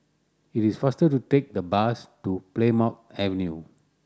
it is faster to take the bus to Plymouth Avenue